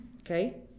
Okay